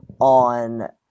on